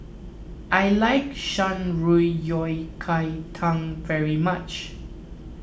I like Shan Rui Yao Kai Tang very much